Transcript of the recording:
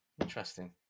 Interesting